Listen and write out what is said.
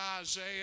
Isaiah